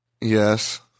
yes